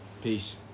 Peace